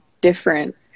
different